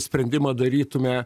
sprendimą darytume